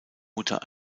mutter